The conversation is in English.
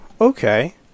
Okay